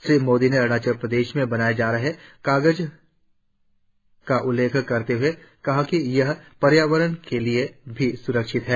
श्री मोदी ने अरूणाचल प्रदेश में बनाए जा रहे कागज का उल्लेख करते हुए कहा कि यह पर्यावरण के लिए भी स्रक्षित है